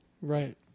Right